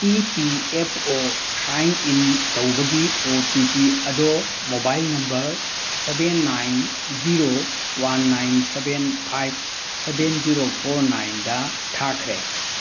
E P F O sign in ꯇꯧꯕꯒꯤ O T P ꯑꯗꯣ mobile number seven nine zero one nine seven five seven zero four ꯅꯥꯏꯟꯗ ꯊꯥꯈ꯭ꯔꯦ